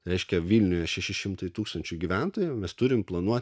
reiškia vilniuje šeši šimtai tūkstančių gyventojų mes turim planuoti